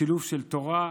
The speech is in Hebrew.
שילוב של תורה,